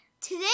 Today